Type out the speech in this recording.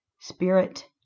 spirit